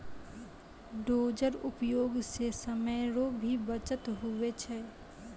dozer उपयोग से समय रो भी बचत हुवै छै